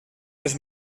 les